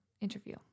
interview